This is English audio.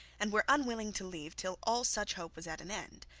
and were unwilling to leave till all such hope was at an end.